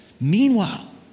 Meanwhile